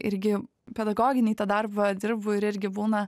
irgi pedagoginį tą darbą dirbu ir irgi būna